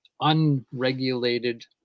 unregulated